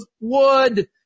wood